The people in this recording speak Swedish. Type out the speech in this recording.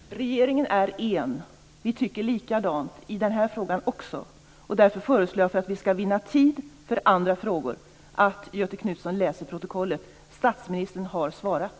Fru talman! Regeringen är en. Vi tycker likadant - i den här frågan också. Därför föreslår jag, för att vi skall vinna tid för andra frågor, att Göthe Knutson läser protokollet. Statsministern har svarat.